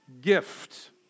gift